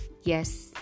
yes